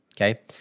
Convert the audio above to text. Okay